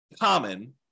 common